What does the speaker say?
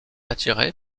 attirée